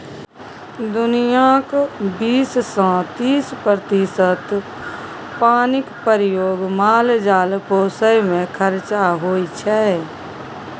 दुनियाँक बीस सँ तीस प्रतिशत पानिक प्रयोग माल जाल पोसय मे खरचा होइ छै